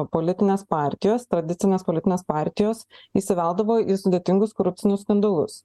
politinės partijos tradicinės politinės partijos įsiveldavo į sudėtingus korupcinius skandalus